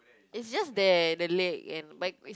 it's just there the lake and like